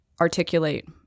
articulate